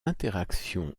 interaction